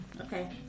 okay